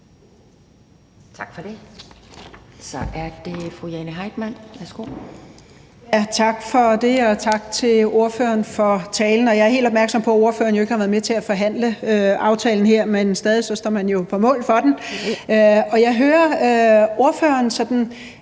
Tak for det. Så er det fru Jane Heitmann. Værsgo. Kl. 10:56 Jane Heitmann (V): Tak til ordføreren for talen. Jeg er helt opmærksom på, at ordføreren ikke har været med til at forhandle aftalen, men man står jo stadig på mål for den. Jeg hører ordføreren sådan